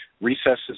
recesses